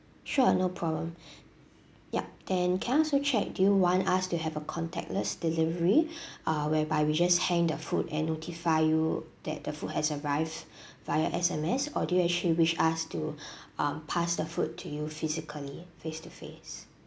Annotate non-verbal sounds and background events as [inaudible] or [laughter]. sure no problem [breath] yup then can I also check do you want us to have a contactless delivery [breath] uh whereby we just hang the food and notify you that the food has arrived [breath] via S M S or do you actually wished us to [breath] um pass the food to you physically face to face